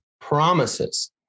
promises